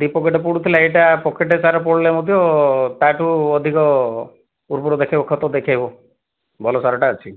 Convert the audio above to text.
ଦୁଇ ପ୍ୟାକେଟ୍ ପଡ଼ୁଥିଲା ଏଇଟା ପ୍ୟାକେଟ୍ ସାର ପଡ଼ିଲେ ମଧ୍ୟ ତା'ଠୁ ଅଧିକ ଉର୍ବର ଦେଖାଇବ ଖତ ଦେଖାଇବ ଭଲ ସାରଟା ଅଛି